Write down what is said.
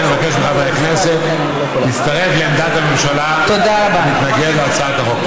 לכן אני מבקש מחברי הכנסת להצטרף לעמדת הממשלה ולהתנגד להצעת החוק.